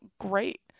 great